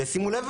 שימו לב,